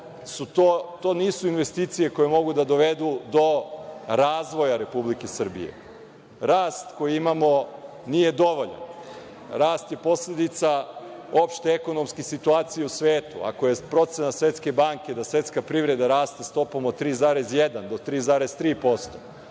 to nisu investicije koje mogu da dovedu do razvoja Republike Srbije. Rast koji imamo nije dovoljan. Rast je posledica opšte ekonomske situacije u svetu. Ako je procena Svetske banke da svetska privreda raste stopom od 3,1 do 3,3%,